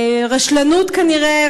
רשלנות כנראה,